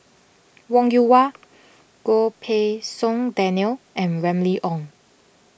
Wong Yoon Wah Goh Pei Siong Daniel and Remly Ong